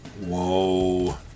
whoa